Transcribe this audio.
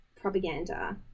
propaganda